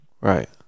Right